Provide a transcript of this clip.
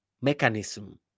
mechanism